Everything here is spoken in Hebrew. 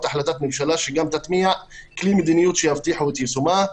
החלטת ממשלה שגם תטמיע כלי מדיניות שיבטיחו את יישומה.